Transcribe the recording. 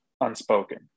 unspoken